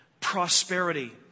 prosperity